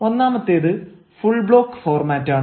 ഒന്നാമത്തേത് full block ഫോർമാറ്റാണ്